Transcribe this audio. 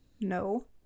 No